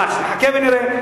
נחכה ונראה.